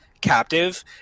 captive